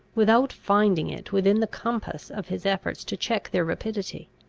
without finding it within the compass of his efforts to check their rapidity.